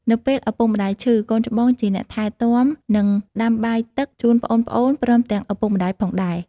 នៅពេលឪពុកម្តាយឈឺ កូនច្បងជាអ្នកថែទាំ និងដាំបាយទឹកជូនប្អូនៗព្រមទាំងឪពុកម្ដាយផងដែរ។